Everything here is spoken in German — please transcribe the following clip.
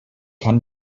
kann